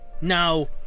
Now